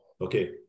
Okay